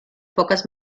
poques